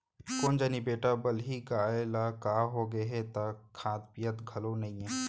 कोन जनी बेटा बलही गाय ल का होगे हे त खात पियत घलौ नइये